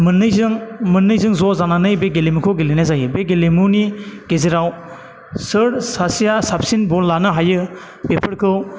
मोन्नैजों मोन्नैजों ज' जानानै बे गेलेमुखौ गेलेनाय जायो बे गेलेमुनि गेजेराव सोर सासेया साबसिन बल लानो हायो बेफोरखौ